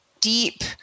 deep